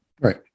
Right